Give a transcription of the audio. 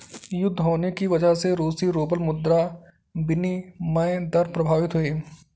युद्ध होने की वजह से रूसी रूबल मुद्रा विनिमय दर प्रभावित हुई